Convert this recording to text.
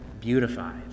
beautified